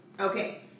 Okay